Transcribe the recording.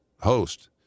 host